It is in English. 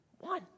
One